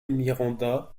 miranda